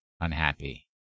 unhappy